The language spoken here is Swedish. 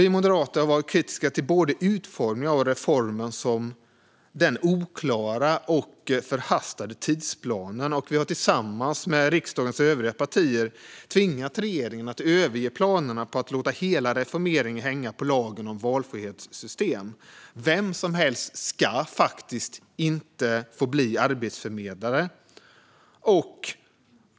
Vi moderater har varit kritiska till både utformningen av reformen och den oklara och förhastade tidsplanen. Vi har tillsammans med riksdagens övriga partier tvingat regeringen att överge planerna på att låta hela reformeringen hänga på lagen om valfrihetssystem. Vem som helst ska faktiskt inte få bli arbetsförmedlare.